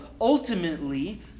ultimately